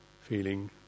Feeling